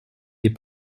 des